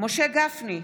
משה גפני,